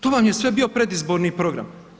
To vam je sve bio predizborni program.